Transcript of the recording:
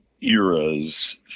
eras